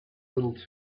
little